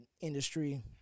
industry